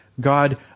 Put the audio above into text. God